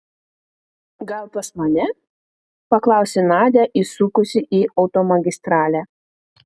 gal pas mane paklausė nadia įsukusi į automagistralę